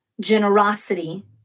generosity